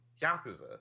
yakuza